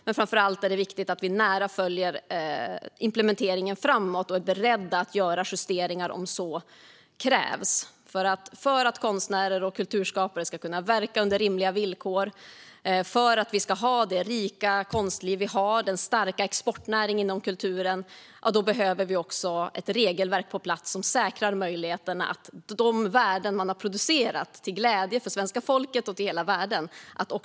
Men framför allt är det viktigt att vi nära följer implementeringen framåt och är beredda att göra justeringar om så krävs. För att konstnärer och kulturskapare ska kunna verka under rimliga villkor, för att vi ska kunna ha det rika konstliv vi har och för att kulturen ska kunna vara den starka exportnäring den är behöver vi ett regelverk på plats som säkrar att tillräcklig ersättning kommer tillbaka till den som har skapat verk till glädje för svenska folket och hela världen.